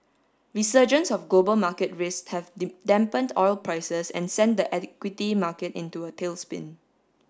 resurgence of global market risk have dampened oil prices and sent the equity market into a tailspin